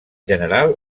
general